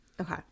Okay